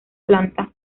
planta